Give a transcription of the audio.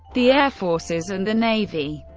the air forces and the navy.